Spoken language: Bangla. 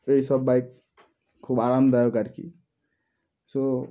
এই সব বাইক খুব আরামদায়ক আর কি সো